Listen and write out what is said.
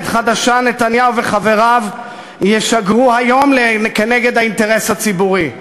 חדשה נתניהו וחבריו ישגרו היום כנגד האינטרס הציבורי.